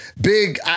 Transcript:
big